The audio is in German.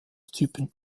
typen